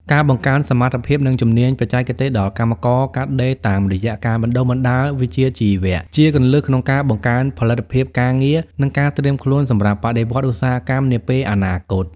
ការបង្កើនសមត្ថភាព និងជំនាញបច្ចេកទេសដល់កម្មករកាត់ដេរតាមរយៈការបណ្ដុះបណ្ដាលវិជ្ជាជីវៈ ជាគន្លឹះក្នុងការបង្កើនផលិតភាពការងារ និងការត្រៀមខ្លួនសម្រាប់បដិវត្តន៍ឧស្សាហកម្មនាពេលអនាគត។